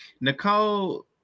nicole